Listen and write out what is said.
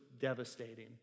devastating